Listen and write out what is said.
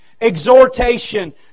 Exhortation